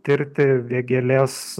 tirti vėgėlės